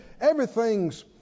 everything's